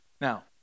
Now